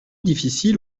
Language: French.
difficile